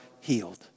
healed